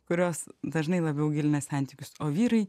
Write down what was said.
kurios dažnai labiau gilina santykius o vyrai